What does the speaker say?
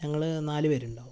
ഞങ്ങൾ നാലു പേരുണ്ടാവും